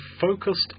focused